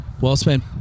well-spent